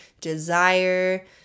desire